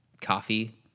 coffee